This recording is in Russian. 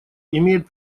имеет